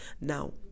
now